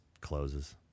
closes